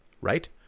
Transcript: Right